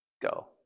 go